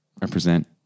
Represent